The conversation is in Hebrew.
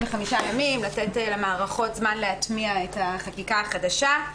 45 ימים כדי לתת למערכות זמן להטמיע את החקיקה החדשה.